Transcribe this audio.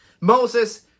Moses